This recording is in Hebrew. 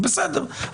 אז בסדר,